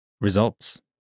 Results